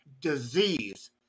disease